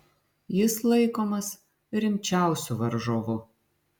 jis laikomas rimčiausiu varžovu